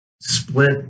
split